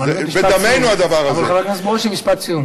משפט סיום.